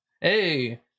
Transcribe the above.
Hey